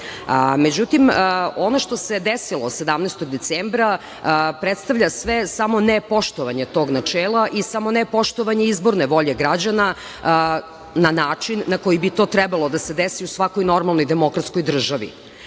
Međutim, ono što se desilo 17. decembra predstavlja sve, samo ne poštovanje tog načela i samo ne poštovanje izborne volje građana, na način na koji bi to trebalo da se desi u svakoj normalnoj demokratskoj državi. Ono